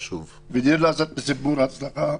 בדיר אל-אסד זה סיפור הצלחה.